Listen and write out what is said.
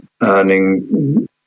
earning